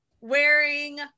wearing